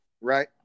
Right